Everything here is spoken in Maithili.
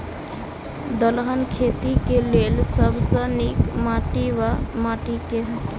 दलहन खेती केँ लेल सब सऽ नीक माटि वा माटि केँ?